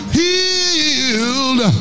healed